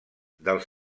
dels